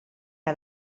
que